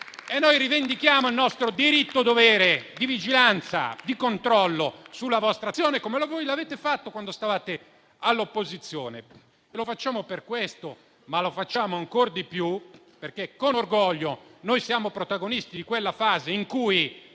Noi rivendichiamo il nostro diritto-dovere di vigilanza e di controllo sulla vostra azione, come avete fatto voi quando eravate all'opposizione. Lo facciamo per questo, ma ancora di più perché, con orgoglio, siamo stati protagonisti di quella fase in cui